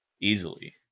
easily